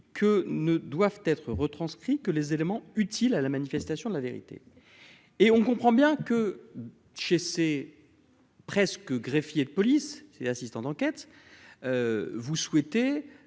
que ne doivent être retranscrit que les éléments utiles à la manifestation de la vérité et on comprend bien que chez c'est presque greffier de police c'est assistant d'enquête vous souhaitez